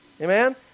Amen